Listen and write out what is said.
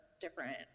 different